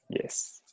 yes